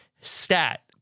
stat